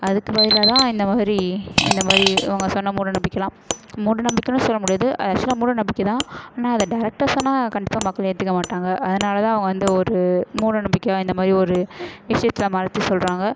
அதுக்கு பதிலாகதான் இந்த மாதிரி இந்த மாதிரி இவங்க சொன்ன மூட நம்பிக்கைலாம் மூட நம்பிக்கைனும் சொல்ல முடியாது அது ஆக்ஸுவலாக மூட நம்பிக்கை தான் ஆனால் அதை டேரக்ட்டாக சொன்னால் கண்டிப்பாக மக்கள் ஏற்றுக்க மாட்டாங்க அதனால் தான் அவங்க வந்து ஒரு மூட நம்பிக்கையாக இந்த மாதிரி ஒரு விஷயத்துல மறைச்சி சொல்கிறாங்க